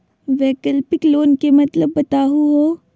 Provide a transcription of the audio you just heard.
वैकल्पिक लोन के मतलब बताहु हो?